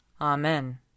Amen